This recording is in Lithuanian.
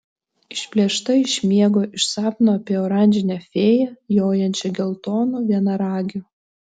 išplėšta iš miego iš sapno apie oranžinę fėją jojančią geltonu vienaragiu